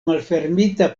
malfermita